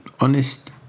honest